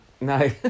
No